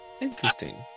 Interesting